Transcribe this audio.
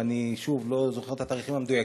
אני לא זוכר את התאריכים המדויקים,